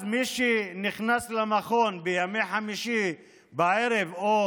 אז מי שנכנס למכון בימי חמישי בערב או